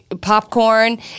popcorn